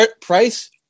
price